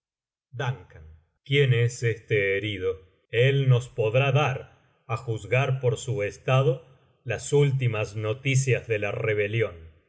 quién es este herido él nos podrá dar á juzgar por su estado las últimas noticias de la rebelión